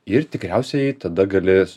ir tikriausiai tada gali